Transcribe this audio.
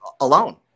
alone